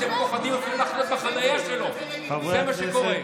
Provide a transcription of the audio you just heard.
אתם פוחדים אפילו לחנות בחניה שלו, זה מה שקורה.